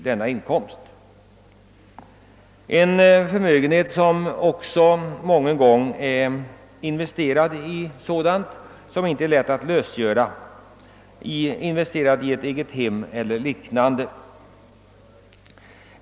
Dylik förmögenhet är många gånger investerad i sådana tillgångar. att den inte är lätt att lösgöra — ett egethem eller liknande.